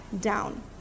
down